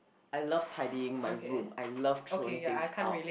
I love tidying my room I love throwing things out